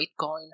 Bitcoin